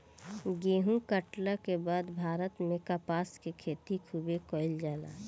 गेहुं काटला के बाद भारत में कपास के खेती खूबे कईल जाला